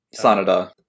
Sanada